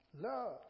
love